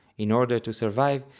in order to survive,